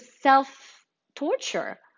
self-torture